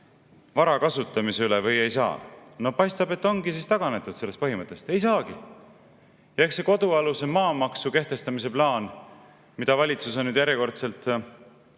vara kasutamise üle või ei saa? No paistab, et ongi taganetud sellest põhimõttest. Ei saagi. Ja ka selle kodualuse maa maksu kehtestamise plaani puhul, mida valitsus on järjekordselt